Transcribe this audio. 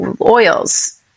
oils